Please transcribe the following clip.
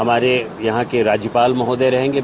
हमारे यहां के राज्यपाल महोदय रहेंगे